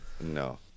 No